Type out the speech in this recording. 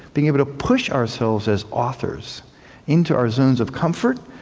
being able to push ourselves as authors into our zones of comfort,